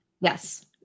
Yes